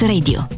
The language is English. Radio